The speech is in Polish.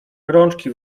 rączki